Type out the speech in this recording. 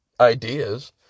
ideas